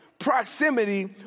proximity